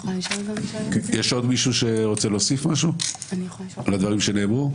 יש עוד מישהו שרוצה להוסיף משהו על הדברים שנאמרו?